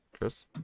Chris